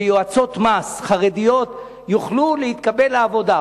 שיועצות מס חרדיות יוכלו להתקבל לעבודה.